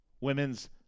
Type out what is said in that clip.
women's